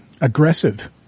aggressive